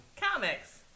Comics